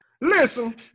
listen